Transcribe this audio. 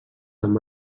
amb